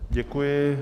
Děkuji.